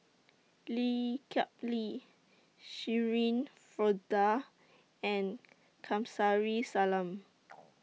Lee Kip Lee Shirin Fozdar and Kamsari Salam